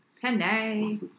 Penny